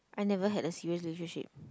I never had a serious relationship